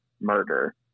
murder